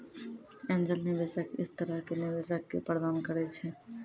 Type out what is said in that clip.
angel निवेशक इस तरह के निवेशक क प्रदान करैय छै